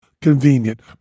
convenient